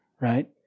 right